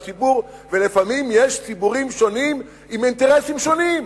ולפעמים יש ציבורים שונים עם אינטרסים שונים,